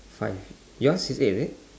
five yours is eight is it